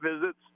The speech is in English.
visits